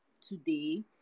today